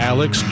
Alex